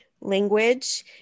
language